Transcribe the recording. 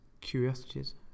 curiosities